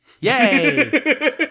Yay